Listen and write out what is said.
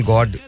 God